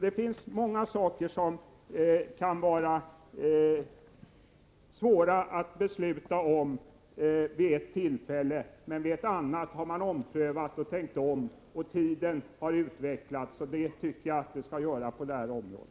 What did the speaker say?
Det kan ofta vara svårt att fatta beslut vid ett tillfälle, medan man vid ett senare tillfälle har gjort en omprövning och tänkt om. Det har skett en utveckling även på detta område.